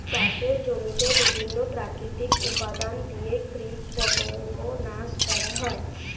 চাষের জমিতে বিভিন্ন প্রাকৃতিক উপাদান দিয়ে কীটপতঙ্গ নাশ করা হয়